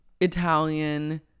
Italian